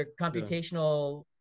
computational